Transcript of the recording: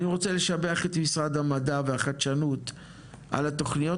אני רוצה לשבח את משרד המדע והחדשנות על התכניות